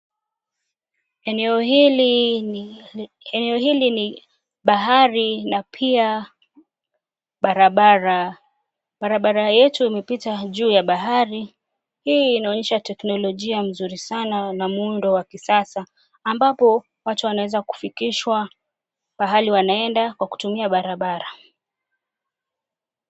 Eneo hili ni bahari na pia barabara. Barabara yetu imepita juu ya bahari. Hii inaonyesha teknolojia mzuri sana na muundo wa kisasa ambapo watu wanaweza fikishwa pahali wanaenda kwa kutumia barabara.